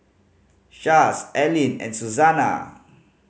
Chaz Allyn and Susanna